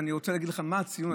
אני רוצה להגיד לכם מה הציון,